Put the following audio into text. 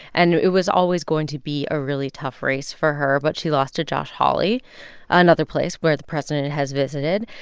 and it was always going to be a really tough race for her. but she lost to josh hawley another place where the president has visited.